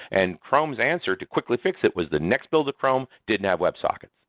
and chrome's answer to quickly fix it was the next build of chrome didn't have web sockets,